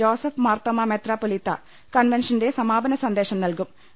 ജോ സഫ് മാർത്തോമാ മെത്രോപ്പൊലീത്ത കൺവെൻഷന്റെ സമാപന സന്ദേശം നൽകൂം